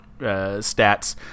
stats